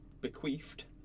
bequeathed